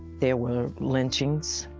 there were lynchings.